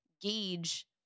gauge